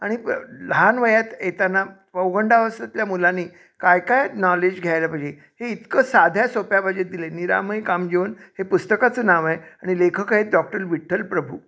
आणि प लहान वयात येताना पौगंडावस्थेतल्या मुलांनी काय काय नॉलेज घ्यायला पाहिजे हे इतकं साध्या सोप्या भाषेत दिलं आहे निरामय कामजीवन हे पुस्तकाचं नाव आहे आणि लेखक आहेत डॉक्टर विठ्ठल प्रभू